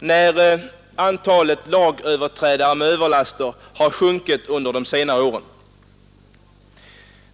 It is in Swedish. med det, när antalet fall av överlaster har sjunkit under de senare åren.